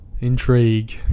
Intrigue